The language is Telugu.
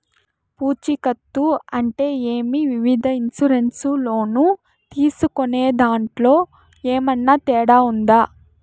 పూచికత్తు అంటే ఏమి? వివిధ ఇన్సూరెన్సు లోను తీసుకునేదాంట్లో ఏమన్నా తేడా ఉందా?